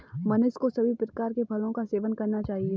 मनुष्य को सभी प्रकार के फलों का सेवन करना चाहिए